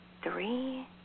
Three